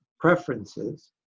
preferences